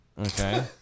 Okay